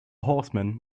horseman